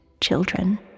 children